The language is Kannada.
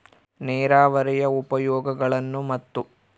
ನೇರಾವರಿಯ ಉಪಯೋಗಗಳನ್ನು ಮತ್ತು?